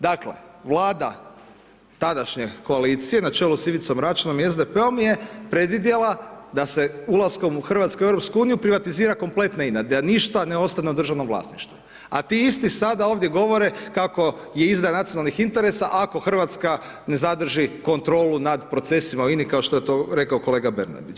Dakle, vlada, tadašnje koalicije, na čelu s Ivicom Račanom i SDP-om je predvidjela da se ulaskom Hrvatske u EU, privatizira kompletna INA, te da ništa ne ostane u državnom vlasništvu, a ti isti sada ovdje govore, kako je izdaja nacionalnih interesa ako Hrvatska ne zadrži kontrolu nad procesima u INA-i kao što je to rekao kolega Bernardić.